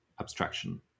abstraction